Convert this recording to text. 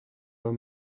were